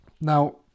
Now